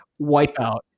wipeout